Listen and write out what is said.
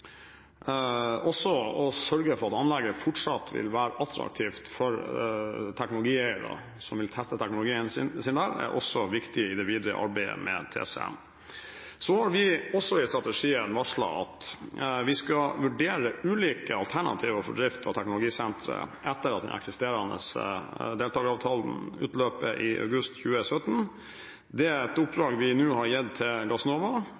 å sørge for at anlegget fortsatt vil være attraktivt for teknologieiere som vil teste teknologien sin der. Det er også viktig i det videre arbeidet med TCM. Så har vi også i strategien varslet at vi skal vurdere ulike alternativer for drift av Teknologisenteret etter at den eksisterende deltakeravtalen utløper i august 2017. Det er et oppdrag vi nå har gitt til